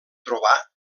trobà